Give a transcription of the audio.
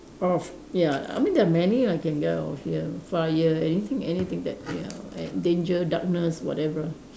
of ya I mean there are many I can get out of here fire anything anything that ya and danger darkness whatever